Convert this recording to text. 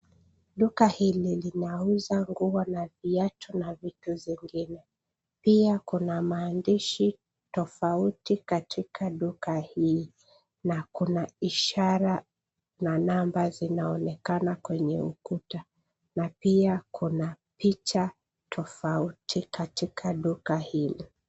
Duka hili linauza nguo na viatu na vitu zingine. Pia kuna maandishi tofauti katika duka hii na kuna ishara na namba zinaonekana kwenye ukuta na pia kuna picha tofauti katika duka hili.